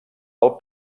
del